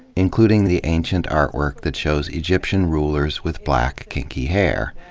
including the ancient artwork that shows egyptian rulers with black, kinky hair.